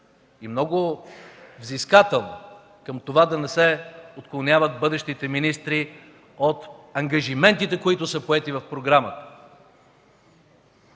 и много взискателна към това да не се отклоняват бъдещите министри от ангажиментите, които са поети в програмата.